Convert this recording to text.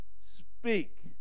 Speak